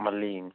మళ్ళీ